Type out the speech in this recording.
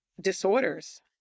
disorders